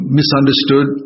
misunderstood